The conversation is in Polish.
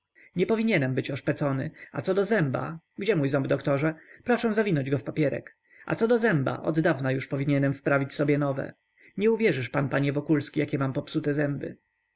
nie powinienem być oszpecony a co do zęba gdzie mój ząb doktorze proszę zawinąć go w papierek a co do zęba oddawna już powinienem wprawić sobie nowe nie uwierzysz pan panie wokulski jak mam popsute zęby